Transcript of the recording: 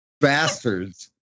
bastards